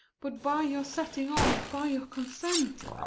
but by your setting on, by your consent?